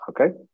Okay